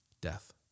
death